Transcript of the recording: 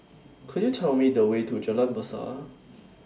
Could YOU Tell Me The Way to Jalan Besar